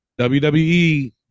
WWE